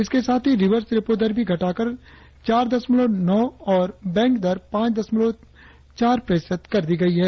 इसके साथ ही रिवर्स रेपो दर भी घटाकर चार दशमलव नौ और बैंक दर पांच दशमलव चार प्रतिशत कर दी गई है